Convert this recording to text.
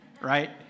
right